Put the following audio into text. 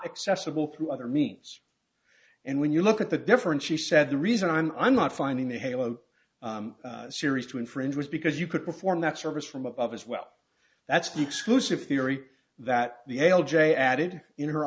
accessible through other means and when you look at the difference she said the reason i'm i'm not finding the halo series to infringe was because you could perform that service from above as well that's the exclusive theory that the l j added in her